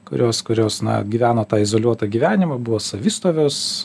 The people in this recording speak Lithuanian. kurios kurios na gyveno tą izoliuotą gyvenimą buvo savistovios